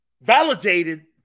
Validated